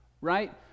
right